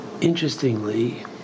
interestingly